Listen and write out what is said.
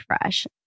fresh